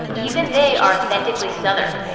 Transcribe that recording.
even they are authentically southern.